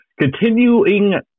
continuing